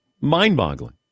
Mind-boggling